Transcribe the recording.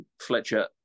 Fletcher